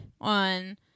on